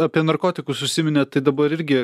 apie narkotikus užsiminė tai dabar irgi